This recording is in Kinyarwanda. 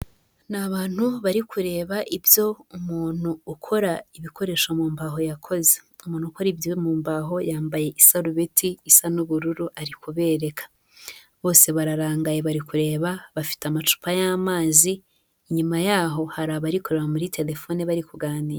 Ni abantu bari kureba ibyo umuntu ukora ibikoresho mu mbaho yakoze. Umuntu ukora ibyo mu mbaho yambaye isarubeti isa n'ubururu ari kubereka, bose bararangaye bari kureba, bafite amacupa y'amazi, inyuma yaho hari abari kureba muri telefone bari kuganira.